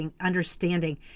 understanding